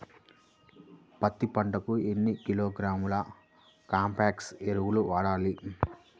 పత్తి పంటకు ఎన్ని కిలోగ్రాముల కాంప్లెక్స్ ఎరువులు వాడాలి?